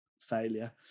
failure